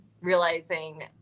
realizing